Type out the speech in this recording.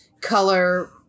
color